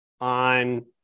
on